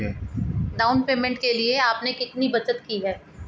Down payment के लिए आपने कितनी बचत की है?